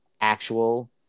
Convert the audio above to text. actual